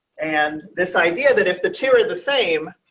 and this idea that if the two the same,